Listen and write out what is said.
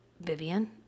Vivian